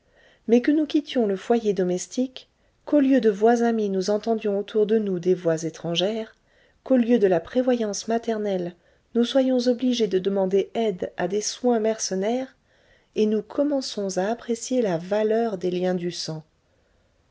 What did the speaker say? mais que nous quittions le foyer domestique qu'au lieu de voix amies nous entendions autour de nous des voix étrangères qu'au lieu de la prévoyance maternelle nous soyons obligés de demander aide à des soins mercenaires et nous commençons à apprécier la valeur des liens du sang